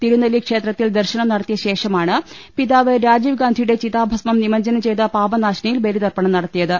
തിരുനെല്ലി ക്ഷേത്രത്തിൽ ദർശനം നടത്തിയ ശേഷമാണ് പിതാവ് രാജീവ് ഗാന്ധിയുടെ ചിതാ ഭസ്മം നിമജ്ഞനം ചെയ്ത പാപനാശിനിയിൽ ബലിതർപ്പണം നട ത്തിയത്